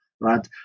right